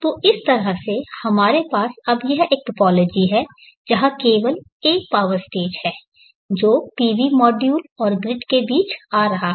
तो इस तरह से हमारे पास अब यहां एक टोपोलॉजी है जहां केवल एक पावर स्टेज है जो पीवी मॉड्यूल और ग्रिड के बीच आ रहा है